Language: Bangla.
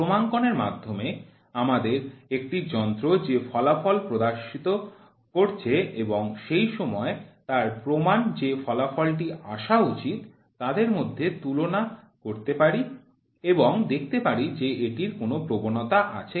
ক্রমাঙ্কন এর মাধ্যমে আমাদের একটি যন্ত্র যে ফলাফল প্রদর্শিত করছে এবং সেই সময় তার প্রমান যে ফলাফল টি যা আসা উচিত তাদের মধ্যে তুলনা করতে পারি এবং দেখতে পারি যে এটির কোন প্রবণতা আছে কিনা